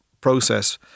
process